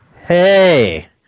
Hey